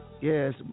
Yes